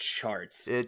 charts